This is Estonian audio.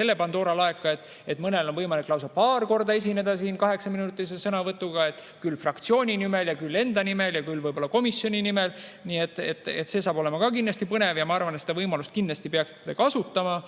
selle Pandora laeka, et mõnel on võimalik lausa paar korda esineda siin kaheksaminutilise kõnega, küll fraktsiooni nimel, küll enda nimel ja komisjoni nimel. Nii et see saab olema kindlasti põnev ja ma arvan, et seda võimalust kindlasti peaksite kasutama.